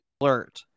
alert